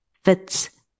fits